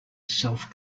self